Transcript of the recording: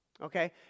okay